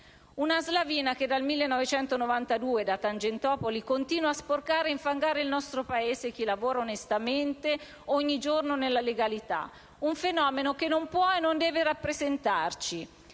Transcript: Una slavina che dal 1992, da Tangentopoli, continua a sporcare e infangare il nostro Paese e chi lavora onestamente ogni giorno nella legalità. Un fenomeno che non può e non deve rappresentarci